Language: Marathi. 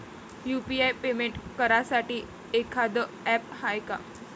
यू.पी.आय पेमेंट करासाठी एखांद ॲप हाय का?